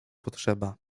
potrzeba